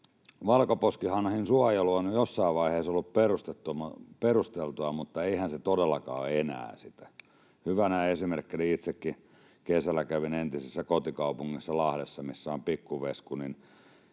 Valkoposkihanhen suojelu on jossain vaiheessa ollut perusteltua, mutta eihän se todellakaan ole enää sitä. Hyvänä esimerkkinä: itsekin kesällä kävin entisessä kotikaupungissani Lahdessa, missä on Pikku-Vesku,